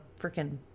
freaking